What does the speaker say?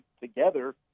together